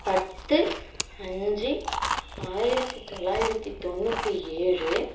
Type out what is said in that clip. பத்து அஞ்சு ஆயிரத்தி தொள்ளாயிரத்தி தொண்ணூத்தி ஏழு